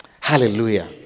hallelujah